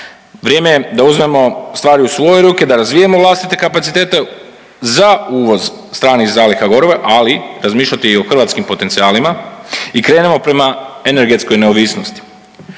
Vrijeme je da uzmemo stvari u svoje ruke, da razvijamo vlastite kapacitete za uvoz stranih zaliha goriva, ali razmišljati i o hrvatskim potencijalima i krenemo prema energetskoj neovisnosti.